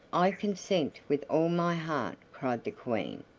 i consent with all my heart, cried the queen.